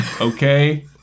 okay